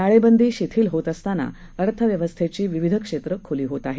टाळेबंदी शिथील होत असताना अर्थव्यवस्थेची विविध क्षेत्र खुली होत आहेत